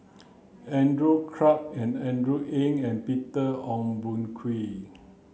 Andrew Clarke and Andrew Ang and Peter Ong Boon Kwee